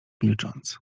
milcząc